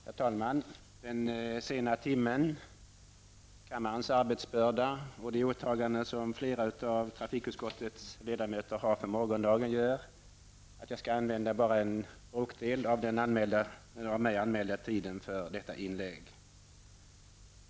Herr talman! Den sena timmen, kammarens arbetsbörda och de åtaganden som flera av trafikutskottets ledamöter har för morgondagen gör att jag skall använda bara en bråkdel av den av mig anmälda tiden för detta inlägg.